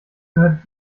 gehört